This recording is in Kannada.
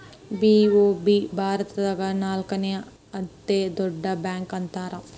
ಬಿ.ಓ.ಬಿ ಭಾರತದಾಗ ನಾಲ್ಕನೇ ಅತೇ ದೊಡ್ಡ ಬ್ಯಾಂಕ ಅಂತಾರ